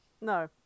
No